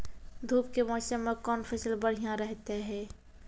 धूप के मौसम मे कौन फसल बढ़िया रहतै हैं?